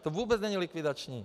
To vůbec není likvidační.